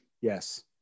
Yes